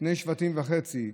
שני שבטים וחצי,